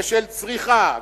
ושל צריכה,